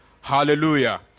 Hallelujah